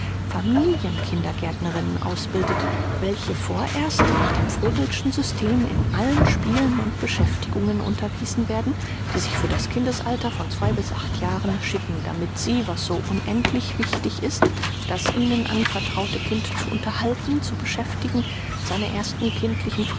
familien kindergärtnerinnen ausbildet welche vorerst nach dem fröbel'schen system in allen spielen und beschäftigungen unterwiesen werden die sich für das kindesalter von jahren schicken damit sie was so unendlich wichtig ist das ihnen anvertraute kind zu unterhalten zu beschäftigen seine ersten kindlichen